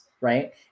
right